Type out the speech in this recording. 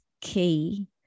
key